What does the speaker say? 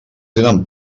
tenen